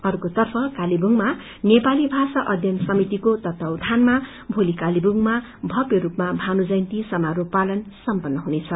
अर्कोतर्फ कालेबुङमा नेपाली भाषा अध्ययन समितिको तथ्वाधानमा भोली भव्य रूपमा भानु जयन्ती समारोह पालन सम्पन्न हुनेछ